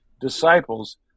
disciples